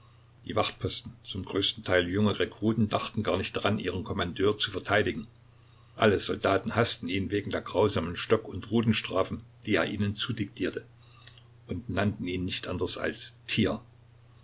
die wachtposten zum größten teil junge rekruten dachten gar nicht daran ihren kommandeur zu verteidigen alle soldaten haßten ihn wegen der grausamen stock und rutenstrafen die er ihnen zudiktierte und nannten ihn nicht anders als tier